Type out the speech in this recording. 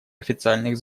официальных